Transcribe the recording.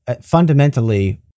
fundamentally